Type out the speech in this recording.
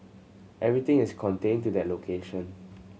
everything is contained to that location